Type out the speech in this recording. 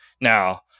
Now